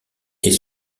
est